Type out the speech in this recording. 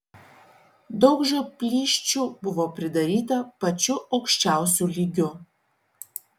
daug žioplysčių buvo pridaryta pačiu aukščiausiu lygiu